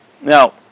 Now